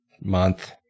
month